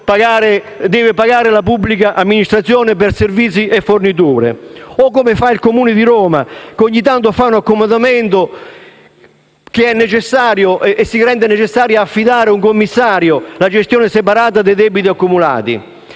o come fa il Comune di Roma, che ogni tanto fa un accomodamento e si rende necessario affidare ad un commissario la gestione separata dei debiti accumulati.